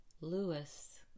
Lewis